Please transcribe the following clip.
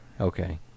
Okay